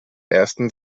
ersten